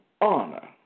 honor